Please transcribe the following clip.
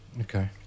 Okay